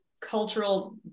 cultural